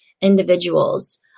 individuals